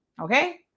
Okay